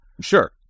Sure